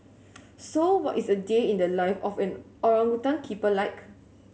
so what is a day in the life of an orangutan keeper like